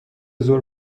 زور